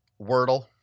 Wordle